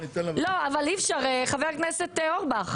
חבר הכנסת אורבך,